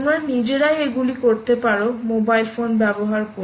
তোমরা নিজেরাই এগুলি করতে পারো মোবাইল ফোন ব্যবহার করে